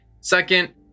Second